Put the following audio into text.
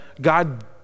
God